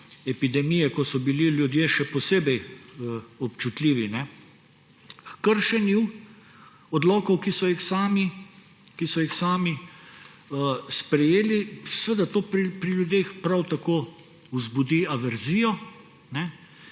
epidemije, ko so bili ljudje še posebej občutljivi, h kršenju odlokov, ki so jih sami sprejeli, seveda to pri ljudeh prav tako vzbudi averzijo.